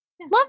Love